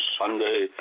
Sunday